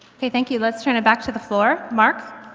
ok thank you. let's turn it back to the floor. mark?